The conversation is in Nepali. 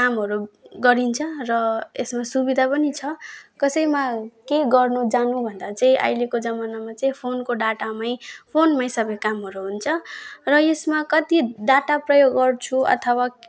कामहरू गरिन्छ र यसमा सुविधा पनि छ कसैमा केही गर्नु जानु भन्दा चाहिँ अहिलेको जमानामा चाहिँ फोनको डाटामै फोनमै सबै कामहरू हुन्छ र यसमा कति डाटा प्रयोग गर्छु अथवा